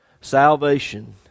Salvation